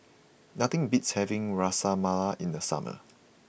nothing beats having Ras Malai in the summer